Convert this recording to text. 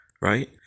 right